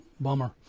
Bummer